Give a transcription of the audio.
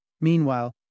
Meanwhile